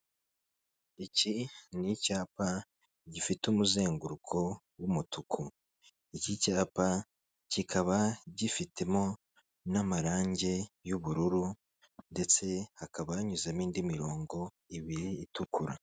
Iki ni icyapa gifite umuzenguruko w'umutuku, iki cyapa kikaba gifitemo n'amarangi y'ubururu ndetse hakaba yanyuzemo indi mirongo ibiri itukura.